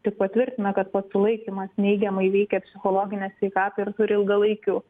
tik patvirtina kad pats sulaikymas neigiamai veikia psichologinę sveikatą ir turi ilgalaikių